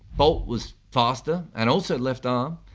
boult was faster and also left arm,